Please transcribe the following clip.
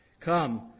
Come